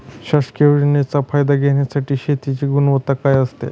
शासकीय योजनेचा फायदा घेण्यासाठी शेतीची गुणवत्ता काय असते?